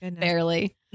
Barely